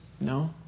No